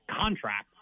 contract